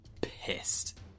pissed